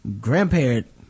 Grandparent